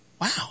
wow